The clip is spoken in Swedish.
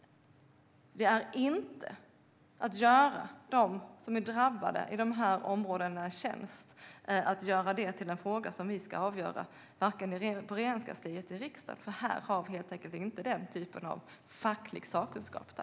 Detta är en princip som vi vidhåller. Man gör inte människorna i de områden som är drabbade en tjänst om man gör detta till en fråga som vi i Regeringskansliet eller riksdagen ska avgöra. Här har vi helt enkelt inte den fackliga sakkunskapen.